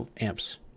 amps